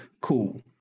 Cool